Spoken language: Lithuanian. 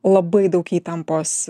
labai daug įtampos